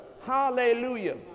Hallelujah